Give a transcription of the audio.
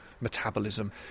metabolism